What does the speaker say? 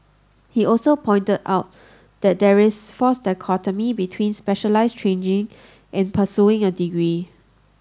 he also pointed out that there is false dichotomy between specialised training and pursuing a degree